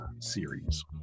series